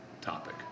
topic